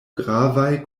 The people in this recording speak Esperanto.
gravaj